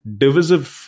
divisive